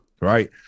right